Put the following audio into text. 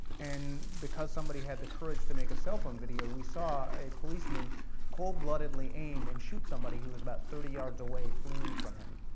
and because somebody had the courage to make a cell phone video, we saw a policeman cold bloodedly aim and shoot somebody who was about thirty yards away, fleeing from him.